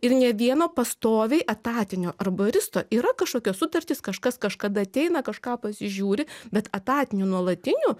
ir nė vieno pastoviai etatinio arboristo yra kažkokios sutartys kažkas kažkada ateina kažką pasižiūri bet etatinių nuolatinių